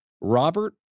Robert